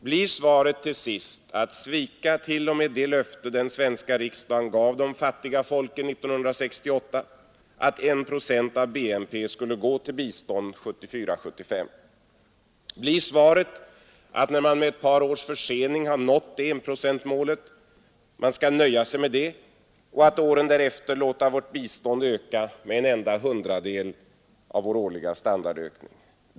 Blir svaret till sist att svika t.o.m. det löfte den svenska riksdagen gav de fattiga folken 1968 — att en procent av BNP skulle gå till bistånd 1974/75? Blir svaret att när man med ett par års försening har nått enprocentsmålet man skall nöja sig med det och åren därefter låta vårt bistånd öka med en enda hundradel av vår årliga standardökning?